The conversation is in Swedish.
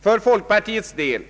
För folkpartiets del